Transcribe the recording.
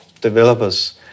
developers